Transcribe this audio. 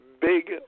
big